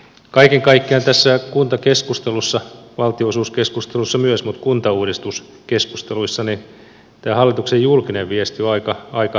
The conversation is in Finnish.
kaiken kaikkiaan tässä kuntakeskustelussa valtionosuuskeskustelussa myös mutta kuntauudistuskeskusteluissa tämä hallituksen julkinen viesti on aika hämmentävä